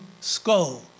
skull